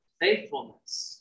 faithfulness